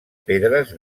pedres